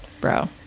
Bro